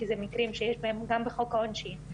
כי זה מקרים שיש בהם גם בחוק העונשין,